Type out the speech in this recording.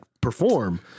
perform